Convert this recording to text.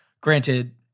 Granted